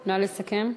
נא לסכם.